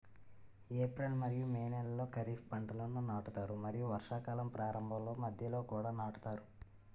April మరియు May నెలలో ఖరీఫ్ పంటలను నాటుతారు మరియు వర్షాకాలం ప్రారంభంలో మధ్యలో కూడా నాటుతారు